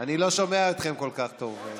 אני לא שומע אתכם כל כך טוב.